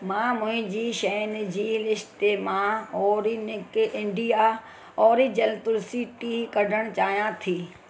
मां मुंहिंजी शयुनि जी लिस्ट मां Organic India Original Tulsi tea कढण चाहियां थी